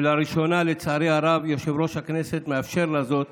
ולראשונה, לצערי הרב, יושב-ראש הכנסת מאפשר לה זאת